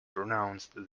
pronounced